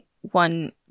one